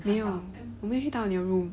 没有我没有去到你的 room